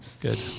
Good